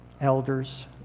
elders